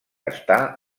està